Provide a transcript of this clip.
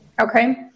Okay